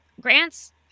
grants